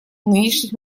нынешних